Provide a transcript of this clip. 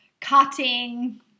cutting